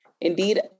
Indeed